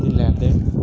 ਦੀ ਲੈਣ ਦੇਣ